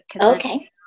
Okay